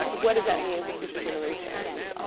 what does that mean for future generations?